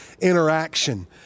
interaction